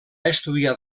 estudiar